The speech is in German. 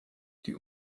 die